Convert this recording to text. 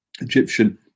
Egyptian